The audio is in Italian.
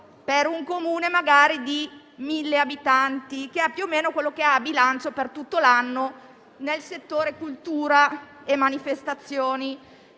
per un Comune di 1.000 abitanti (più o meno quello che ha a bilancio, per tutto l'anno, nel settore cultura e manifestazioni).